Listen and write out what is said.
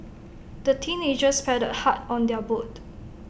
the teenagers paddled hard on their boat